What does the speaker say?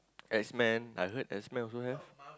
X-Men I heard X-Men also have